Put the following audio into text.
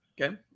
Okay